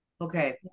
Okay